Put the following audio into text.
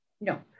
no